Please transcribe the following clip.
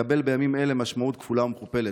מקבל בימים אלה משמעות כפולה ומכופלת.